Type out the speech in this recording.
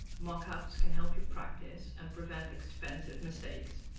mock-ups can help you practice, and prevent expensive mistakes.